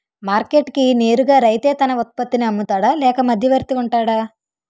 Market కి నేరుగా రైతే తన ఉత్పత్తి నీ అమ్ముతాడ లేక మధ్యవర్తి వుంటాడా?